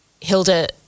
Hilda